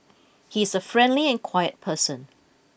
he is a friendly and quiet person